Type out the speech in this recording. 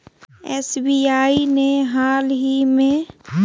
SBI ने हालही में बैंक सावधि जमा पर ब्याज दर में वृद्धि कइल्कय